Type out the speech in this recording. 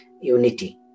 unity